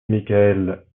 michael